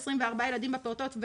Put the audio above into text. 24 ילדים בפעוטות,